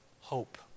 hope